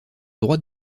droit